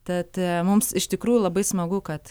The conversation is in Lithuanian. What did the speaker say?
tad mums iš tikrųjų labai smagu kad